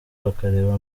bakareba